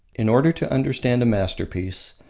in order to understand a masterpiece,